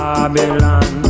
Babylon